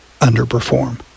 underperform